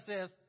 says